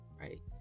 right